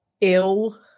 ill